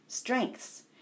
strengths